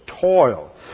Toil